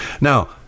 Now